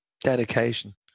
Dedication